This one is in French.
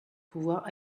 pouvoir